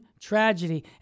tragedy